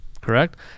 Correct